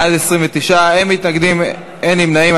בעד, 29, אין מתנגדים, אין נמנעים.